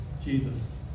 Jesus